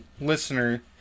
listener